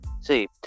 See